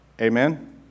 Amen